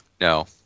No